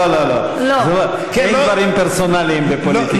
לא, אין דברים פרסונליים בפוליטיקה.